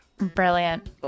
brilliant